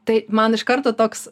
tai man iš karto toks